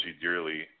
dearly